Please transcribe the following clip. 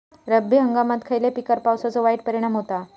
रब्बी हंगामात खयल्या पिकार पावसाचो वाईट परिणाम होता?